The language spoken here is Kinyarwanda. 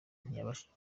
ntiyabashije